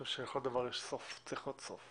חושב שלכל דבר יש סוף, צריך להיות סוף